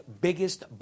biggest